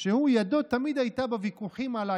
שידו תמיד הייתה על העליונה